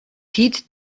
heed